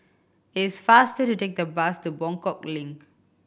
it's faster to take the bus to Buangkok Link